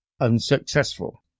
unsuccessful